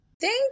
Thank